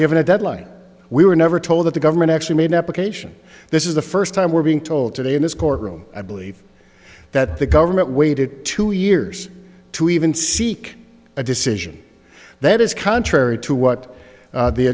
given a deadline we were never told that the government actually made application this is the first time we're being told today in this courtroom i believe that the government waited two years to even seek a decision that is contrary to what